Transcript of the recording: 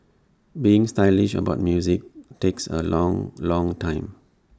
being stylish about music takes A long long time